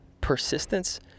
persistence